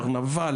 קרנבל,